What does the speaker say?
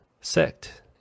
sect